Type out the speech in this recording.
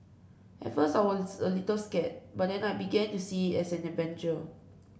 at first I was a little scared but then I began to see it as an adventure